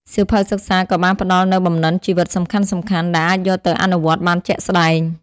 សៀវភៅសិក្សាក៏បានផ្ដល់នូវបំណិនជីវិតសំខាន់ៗដែលអាចយកទៅអនុវត្តបានជាក់ស្តែង។